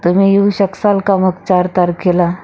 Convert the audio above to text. तुम्ही येऊ शकसाल का मग चार तारखेला